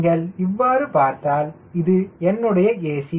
நீங்கள் இவ்வாறு பார்த்தால் இது என்னுடைய a